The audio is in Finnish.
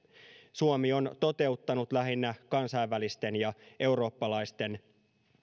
suomi on toteuttanut lähinnä kansainvälisten ja eurooppalaisten